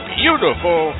beautiful